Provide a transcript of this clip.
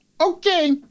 okay